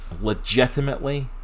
Legitimately